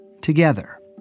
together